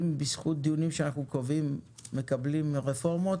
אם בזכות דיונים שאנחנו קובעים מקבלים רפורמות,